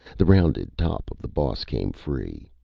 the rounded top of the boss came free.